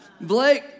blake